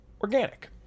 organic